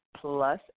Plus